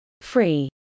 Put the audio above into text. free